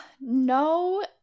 No